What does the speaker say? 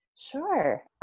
Sure